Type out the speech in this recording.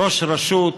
ראש רשות,